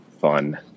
fun